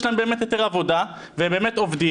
יש להם באמת היתר עבודה והם עובדים,